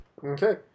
Okay